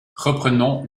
reprenons